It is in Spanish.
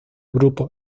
grupo